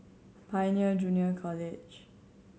Pioneer Junior College